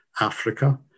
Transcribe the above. Africa